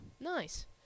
Nice